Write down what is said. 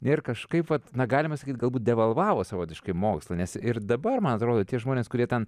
ir kažkaip vat na galima sakyti galbūt devalvavo savotiškai mokslą ir dabar man atrodo tie žmonės kurie ten